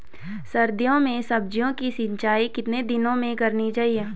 सर्दियों में सब्जियों की सिंचाई कितने दिनों में करनी चाहिए?